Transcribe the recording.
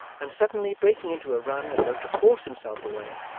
and suddenly breaking into a run as though to force himself away,